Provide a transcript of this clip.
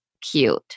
cute